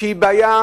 שהיא בעיה